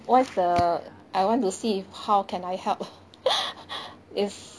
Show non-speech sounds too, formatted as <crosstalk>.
what is the I want to see if how can I help <laughs> is